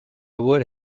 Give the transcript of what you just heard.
would